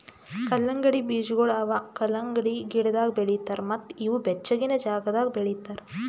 ಕಲ್ಲಂಗಡಿ ಬೀಜಗೊಳ್ ಅವಾ ಕಲಂಗಡಿ ಗಿಡದಾಗ್ ಬೆಳಿತಾರ್ ಮತ್ತ ಇವು ಬೆಚ್ಚಗಿನ ಜಾಗದಾಗ್ ಬೆಳಿತಾರ್